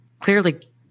clearly